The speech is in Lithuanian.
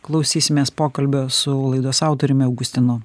klausysimės pokalbio su laidos autoriumi augustinu